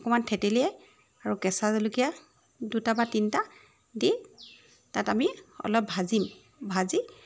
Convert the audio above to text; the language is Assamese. অকণমান থেতেলিয়াই আৰু কেঁচা জলকীয়া দুটা বা তিনিটা দি তাত আমি অলপ ভাজিম ভাজি